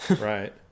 right